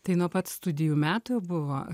tai nuo pat studijų metų buvo